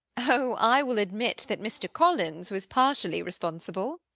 oh, i will admit that mr. collins was partially responsible.